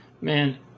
Man